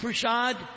prasad